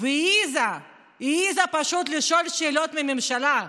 והעזה לשאול שאלות את הממשלה: